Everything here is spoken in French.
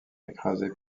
écrasé